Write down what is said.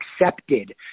accepted